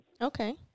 okay